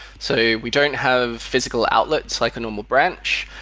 so we don't have physical outlets like a normal branch,